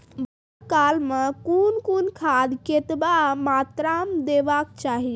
बौगक काल मे कून कून खाद केतबा मात्राम देबाक चाही?